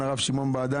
ימין ושמאל,